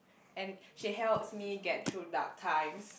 and she helps me get through dark times